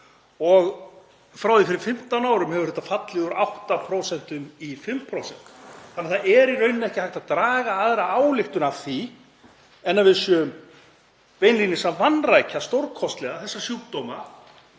Frá því fyrir 15 árum hefur þetta fallið úr 8% í 5%. Það er í rauninni ekki hægt að draga aðra ályktun af því en að við séum beinlínis að vanrækja stórkostlega þessa sjúkdóma